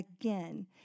again